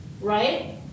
Right